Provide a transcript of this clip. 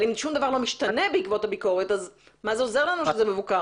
אבל אם שום דבר לא משתנה בעקבות הביקורת אז מה זה עוזר לנו שזה מבוקר?